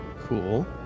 Cool